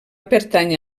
pertànyer